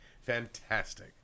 Fantastic